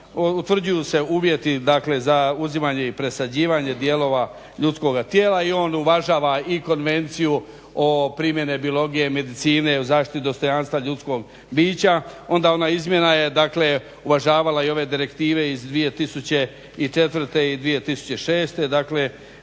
utvrđuju se uvjeti za uzimanje i presađivanje dijelova ljudskoga tijela i on uvažava i konvenciju o primjeni biologije, medicine, o zaštiti dostojanstva ljudskog bića. Onda ona izmjena je dakle uvažavala ove direktive iz 2004. i 2006. u